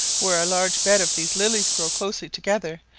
where a large bed of these lilies grow closely together,